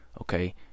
okay